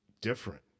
different